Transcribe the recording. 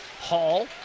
Hall